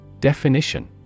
Definition